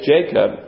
Jacob